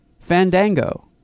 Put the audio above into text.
Fandango